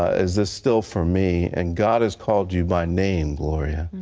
is this still for me? and god has called you by name, gloria,